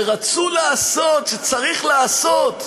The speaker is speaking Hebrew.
שרצו לעשות, שצריך לעשות,